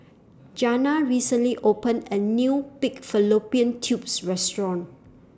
Jana recently opened A New Pig Fallopian Tubes Restaurant